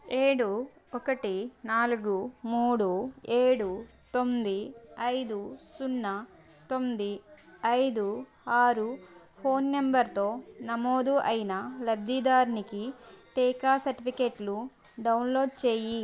ఏడు ఒకటి నాలుగు మూడు ఏడు తొమ్మిది ఐదు సున్నా తొమ్మిది ఐదు ఆరు ఫోన్ నంబరుతో నమోదు అయిన లబ్ధిదారుకి టీకా సర్టిఫికేట్లు డౌన్లోడ్ చేయి